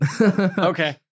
Okay